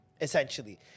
Essentially